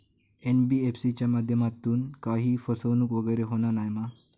NBFC च्या माध्यमातून काही फसवणूक वगैरे होना नाय मा?